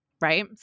Right